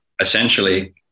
essentially